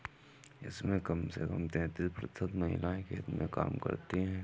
इसमें कम से कम तैंतीस प्रतिशत महिलाएं खेत में काम करती हैं